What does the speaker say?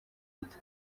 gito